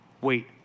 wait